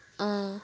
अँ